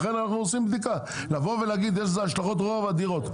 לכן אנחנו עושים בדיקה לבוא ולהגיד יש לזה השלכות רוחב אדירות.